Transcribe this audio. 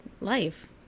life